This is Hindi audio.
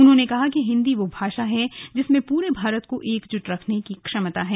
उन्होंने कहा कि हिन्दी वह भाषा है जिसमें पूरे भारत को एकजुट रखने की क्षमता है